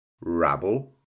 rabble